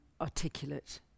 articulate